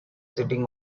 sitting